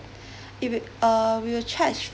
if it uh we will charge